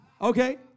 Okay